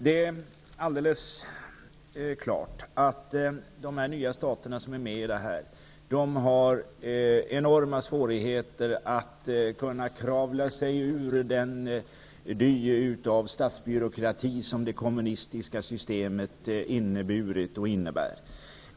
Det är alldeles klart att de nya stater som är med i detta har enorma svårigheter att kravla sig ur den dy av statsbyråkrati som det kommunistiska systemet inneburit och innebär.